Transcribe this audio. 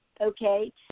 okay